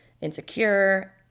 insecure